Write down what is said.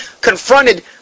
confronted